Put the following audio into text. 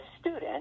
student